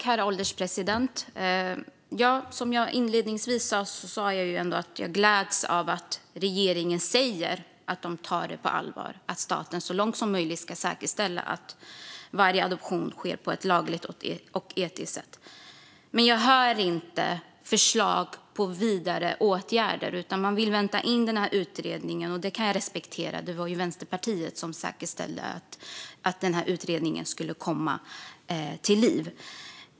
Herr ålderspresident! Som jag sa inledningsvis gläds jag ändå över att regeringen säger att man tar detta på allvar och att staten så långt som möjligt ska säkerställa att varje adoption sker på ett lagligt och etiskt sätt. Men jag hör inga förslag till vidare åtgärder. Man vill vänta in utredningen, och det kan jag respektera - det var ju Vänsterpartiet som säkerställde att den kom till stånd.